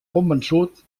convençut